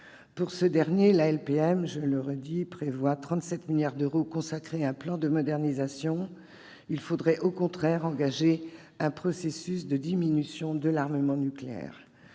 À ce titre, la LPM prévoit 37 milliards d'euros pour un plan de modernisation. Il faudrait au contraire engager un processus de diminution de l'armement nucléaire,